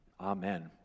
Amen